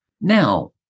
Now